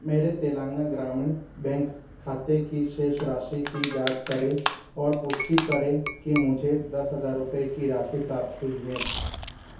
मेरे तेलंगाना ग्रामीण बैंक खाते की शेष राशि की जाँच करें और पुष्टि करें कि मुझे दस हज़ार रुपये की राशि प्राप्त हुई है